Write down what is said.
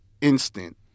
instant